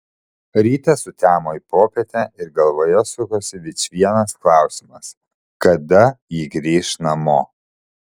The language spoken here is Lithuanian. rytas sutemo į popietę ir galvoje sukosi vičvienas klausimas kada ji grįš namo